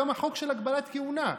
גם החוק של הגבלת כהונה,